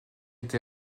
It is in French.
été